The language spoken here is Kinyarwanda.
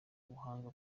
ubuhanga